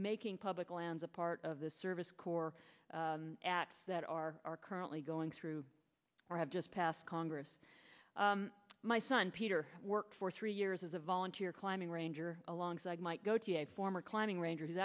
making public lands a part of the service corps acts that are currently going through or have just passed congress my son peter worked for three years as a volunteer climbing ranger alongside might go t a former climbing ranger